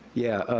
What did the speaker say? yeah,